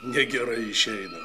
negerai išeina